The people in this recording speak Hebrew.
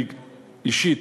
אני אישית,